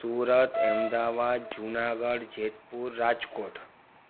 Surat Ahmedabad Junagadh Jetpur Rajkot